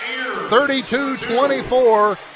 32-24